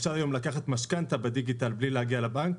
אפשר היום לקחת משכנתא בדיגיטל בלי להגיע לבנק,